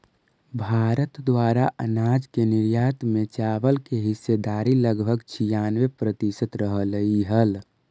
भारत द्वारा अनाज के निर्यात में चावल की हिस्सेदारी लगभग छियानवे प्रतिसत रहलइ हल